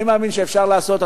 אני מאמין שאפשר לעשות.